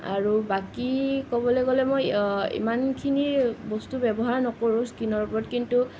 আৰু বাকী ক'বলৈ গ'লে মই ইমানখিনি বস্তু ব্যৱহাৰ নকৰোঁ স্কীনৰ ওপৰত কিন্তু